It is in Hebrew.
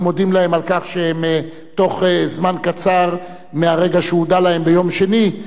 אנחנו מודים להם על כך שבתוך זמן קצר מהרגע שהודיעו להם ביום שני,